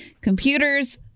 computers